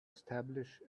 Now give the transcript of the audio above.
establish